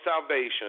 salvation